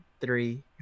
three